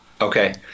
Okay